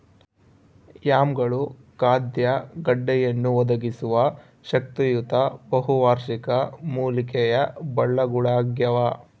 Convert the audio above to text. ಯಾಮ್ಗಳು ಖಾದ್ಯ ಗೆಡ್ಡೆಯನ್ನು ಒದಗಿಸುವ ಶಕ್ತಿಯುತ ಬಹುವಾರ್ಷಿಕ ಮೂಲಿಕೆಯ ಬಳ್ಳಗುಳಾಗ್ಯವ